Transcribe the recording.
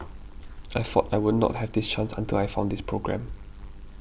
I thought I would not have this chance until I found this programme